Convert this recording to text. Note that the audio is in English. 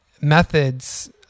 methods